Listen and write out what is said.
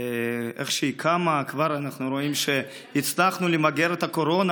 איך שהיא קמה כבר אנחנו רואים שהצלחנו למגר את הקורונה,